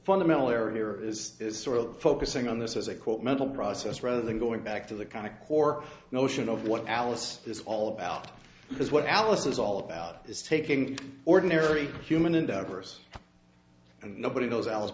fundamental error here is sort of focusing on this as a quote mental process rather than going back to the kind of core notion of what alice is all about because what alice is all about is taking ordinary human endeavors and nobody knows alice